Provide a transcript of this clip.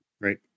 Right